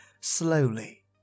slowly